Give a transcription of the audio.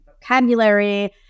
vocabulary